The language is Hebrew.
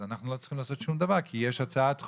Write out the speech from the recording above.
אז אנחנו לא צריכים לעשות שום דבר כי יש הצעת חוק,